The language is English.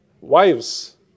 Wives